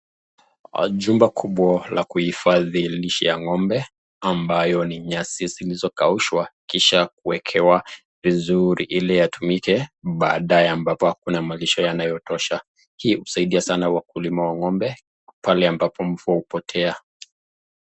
Jumba kubwa la kuhifadhi lishe ya ng'ombe ambayo ni nyasi zilizokaushwa kisha kuwekewa vizuri ili yatumiwe baadaye ambapo hakuna malisho yanayotosha. Hii husaidia sana wakulima wa ng'ombe pale ambapo mvua hupotea.